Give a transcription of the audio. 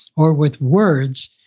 or with words,